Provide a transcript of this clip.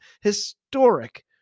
historic